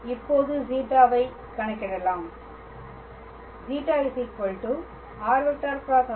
இப்போது ζ வை கணக்கிடலாம் ζ r×r